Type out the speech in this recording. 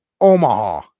Omaha